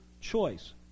choice